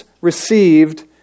received